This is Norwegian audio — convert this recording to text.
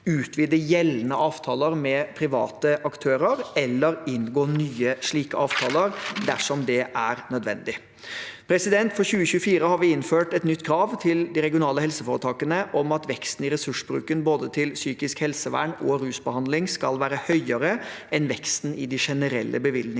utvide gjeldende avtaler med private aktører eller inngå nye slike avtaler dersom det er nødvendig. For 2024 har vi innført et nytt krav til de regionale helseforetakene om at veksten i ressursbruken både til psykisk helsevern og til rusbehandling skal være høyere enn veksten i de generelle bevilgningene